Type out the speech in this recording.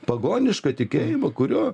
pagonišką tikėjimą kurio